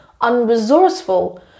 unresourceful